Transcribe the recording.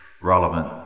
relevant